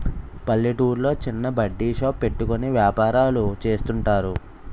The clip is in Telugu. పల్లెటూర్లో చిన్న బడ్డీ షాప్ పెట్టుకుని వ్యాపారాలు చేస్తుంటారు